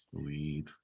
Sweet